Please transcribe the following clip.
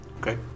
Okay